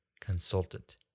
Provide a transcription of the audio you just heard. consultant